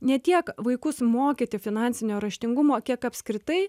ne tiek vaikus mokyti finansinio raštingumo kiek apskritai